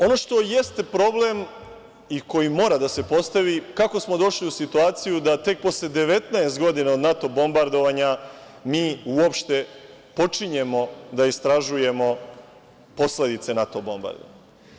Ono što jeste problem i koji mora da se postavi, kako smo došli u situaciju da tek posle 19 godina od NATO bombardovanja, mi uopšte počinjemo da istražujemo posledice NATO bombardovanja?